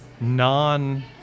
non